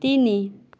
ତିନି